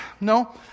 no